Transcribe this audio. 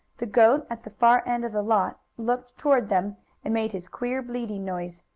the goat, at the far end of the lot, looked toward them and made his queer, bleating noise.